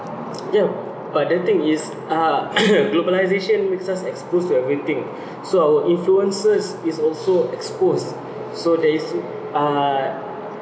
ya but the thing is uh globalisation makes us exposed to everything so our influences is also exposed so there is ah